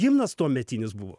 himnas tuometinis buvo